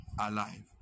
alive